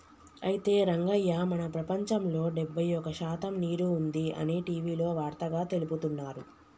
అయితే రంగయ్య మన ప్రపంచంలో డెబ్బై ఒక్క శాతం నీరు ఉంది అని టీవీలో వార్తగా తెలుపుతున్నారు